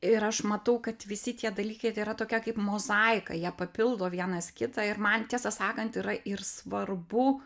ir aš matau kad visi tie dalykai tai yra tokia kaip mozaika jie papildo vienas kitą ir man tiesą sakant yra ir svarbu